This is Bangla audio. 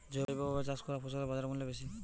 জৈবভাবে চাষ করা ফসলের বাজারমূল্য বেশি